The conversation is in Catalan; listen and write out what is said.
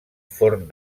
forn